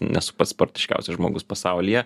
nesu pats sportiškiausias žmogus pasaulyje